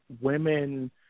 women